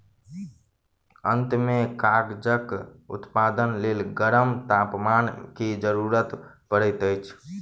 अंत में कागजक उत्पादनक लेल गरम तापमान के जरूरत पड़ैत अछि